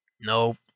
No